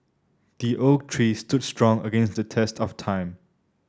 the oak tree stood strong against the test of time